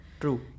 True